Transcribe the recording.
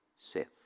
Seth